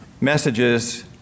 messages